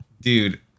Dude